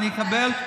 אני אקבל.